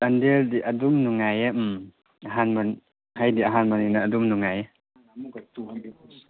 ꯆꯥꯟꯗꯦꯜꯗꯤ ꯑꯗꯨꯝ ꯅꯨꯡꯉꯥꯏꯌꯦ ꯎꯝ ꯑꯍꯥꯟꯕ ꯑꯩꯗꯤ ꯑꯍꯥꯟꯕꯅꯤꯅ ꯑꯗꯨꯝ ꯅꯨꯡꯉꯥꯏꯌꯦ